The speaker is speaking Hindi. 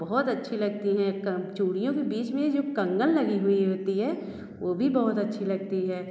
बहुत अच्छी लगती हैं कम चूड़ियों के बीच में जो कंगन लगी हुई होती है वह भी बहुत अच्छी लगती है